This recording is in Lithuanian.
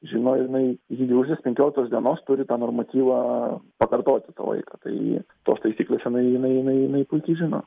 žino ir jinai iki gegužės penkioliktos dienos turi tą normatyvą pakartoti tą laiką tai tos taisyklės jinai jinai jinai puikiai žino